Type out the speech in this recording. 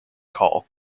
call